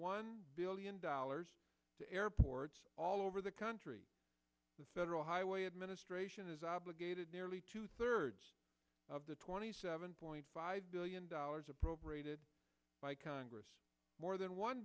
one billion dollars to airports all over the country the federal highway administration is obligated nearly two thirds of the twenty seven point five billion dollars appropriated by congress more than one